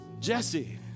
Jesse